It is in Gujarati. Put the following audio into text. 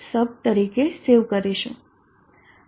sub તરીકે સેવ કરીશું